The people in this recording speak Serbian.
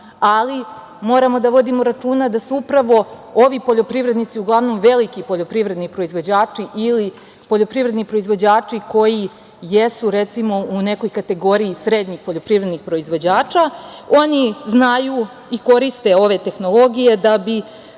ali moramo da vodimo računa da su upravo ovi poljoprivrednici uglavnom veliki poljoprivredni proizvođači ili poljoprivredni proizvođači koji jesu, recimo, u nekoj kategoriji srednjih poljoprivrednih proizvođača. Oni znaju i koriste ove tehnologije da bi